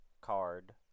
card